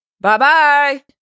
Bye-bye